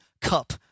cup